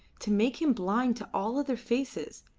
to make him blind to all other faces,